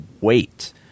wait